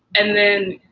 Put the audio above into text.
and then.